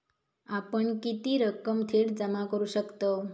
आपण किती रक्कम थेट जमा करू शकतव?